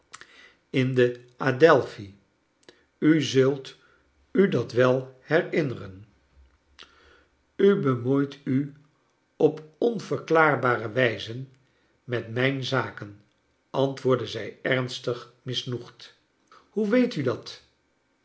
in de adelphi u zult u dat wel herinneren u bemoeit u op onverklaarbare wijze met mijn zaken antwoordde zij ernstig misnoegd hoe weet u dat